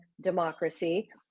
democracy